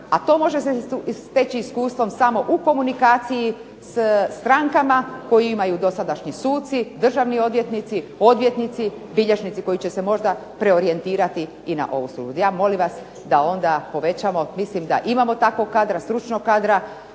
a to može steći iskustvom samo u komunikaciji sa strankama koje imaju dosadašnji suci, državni odvjetnici, odvjetnici, bilježnici koji će se možda preorijentirati i na ovu soluciju. Molim vas da onda povećamo. Mislim da imamo takvog kadra, stručnog kadra